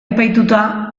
epaituta